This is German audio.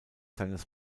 seines